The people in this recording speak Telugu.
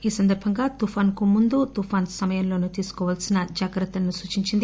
ఈ సందర్బంగా తుపాను కు ముందు తుపాను సమయంలోనూ తీసుకోవలసిన జాగ్రత్తలను సూచించింది